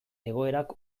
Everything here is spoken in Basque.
egoerak